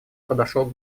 подошел